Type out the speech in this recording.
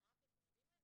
אמרתי, אתם יודעים מה?